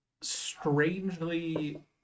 strangely